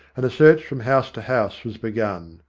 and a search from house to house was begun.